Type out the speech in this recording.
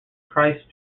christ